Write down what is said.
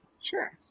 Sure